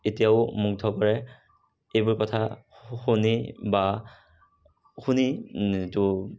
এতিয়াও মুগ্ধ কৰে এইবোৰ কথা শু শু শুনি বা শুনি ত'